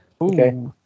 Okay